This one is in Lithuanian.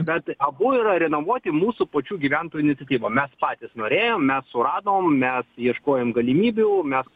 bet abu yra renovuoti mūsų pačių gyventojų iniciatyva mes patys norėjom mes suradom mes ieškojom galimybių mes